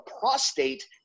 prostate